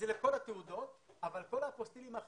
זה לכל התעודות אבל כל האפוסטיליםה אחרים,